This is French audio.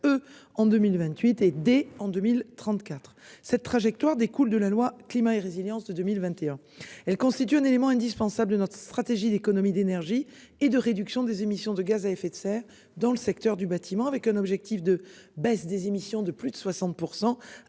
E en 2028 et des en 2034 cette trajectoire découle de la loi climat et résilience de 2021. Elle constitue un élément indispensable à notre stratégie d'économie d'énergie et de réduction des émissions de gaz à effet de serre dans le secteur du bâtiment avec un objectif de baisse des émissions de plus de 60%,